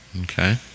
Okay